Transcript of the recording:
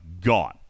gone